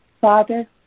Father